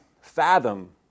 fathom